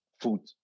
food